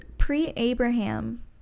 Pre-Abraham